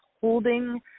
holding